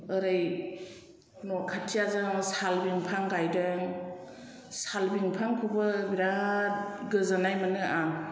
ओरै न'खाथियाजों साल दंफां गायदों साल दंफांखौबो बिराद गोजोननाय मोनो आं